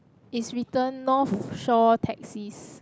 is written North Shore taxis